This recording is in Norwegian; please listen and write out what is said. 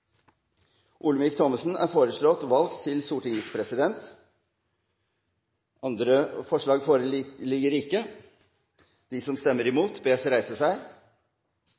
Olemic Thommessen. Olemic Thommessen er foreslått valgt til Stortingets president. – Andre forslag foreligger ikke.